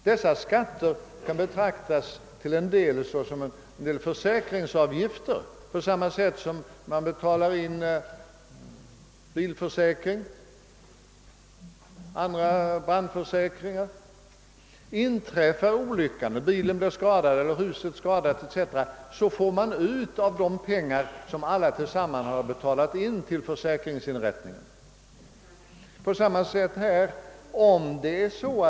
Dessa skatter kan till en del betraktas såsom försäkringsavgifter på samma sätt som premier som betalas till en bilförsäkring eller en brandförsäkring. Inträffar olyckan och bilen eller huset skadas får man ut av de pengar som alla försäkringstagare tillsammans har betalat in till försäkringsinrättningen. Det är på samma sätt på detta område.